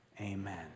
Amen